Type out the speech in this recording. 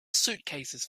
suitcases